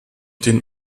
den